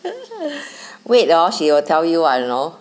wait hor she will tell you what you know